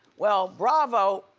well, bravo,